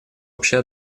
общая